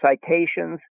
citations